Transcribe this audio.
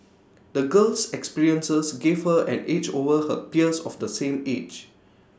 the girl's experiences gave her an edge over her peers of the same age